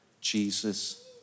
Jesus